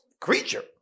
creature